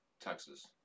Texas